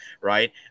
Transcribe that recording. right